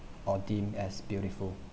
or deemed as beautiful